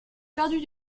perdu